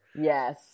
Yes